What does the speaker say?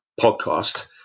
podcast